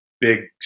big